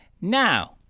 now